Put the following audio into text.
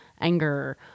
anger